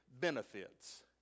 benefits